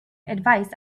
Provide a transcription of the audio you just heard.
advise